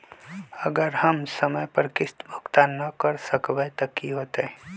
अगर हम समय पर किस्त भुकतान न कर सकवै त की होतै?